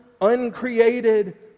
uncreated